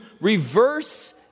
reverse